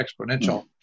Exponential